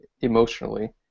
emotionally